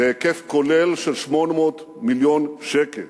בהיקף כולל של 800 מיליון שקל,